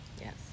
Yes